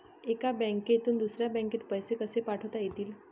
एका बँकेतून दुसऱ्या बँकेत पैसे कसे पाठवता येतील?